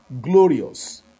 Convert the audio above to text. glorious